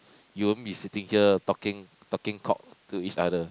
you won't be sitting here talking talking cock to each other